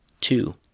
two